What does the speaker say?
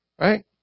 Right